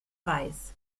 weiß